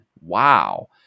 Wow